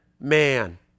man